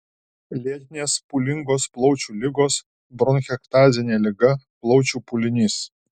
lėtinės pūlingos plaučių ligos bronchektazinė liga plaučių pūlinys